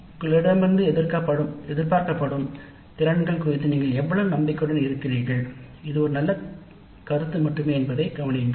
உங்களிடமிருந்து எதிர்பார்க்கப்படும் திறன்கள் குறித்து நீங்கள் எவ்வளவு நம்பிக்கையுடன் இருக்கிறீர்கள் இது ஒரு கருத்து மட்டுமே என்பதை கவனியுங்கள்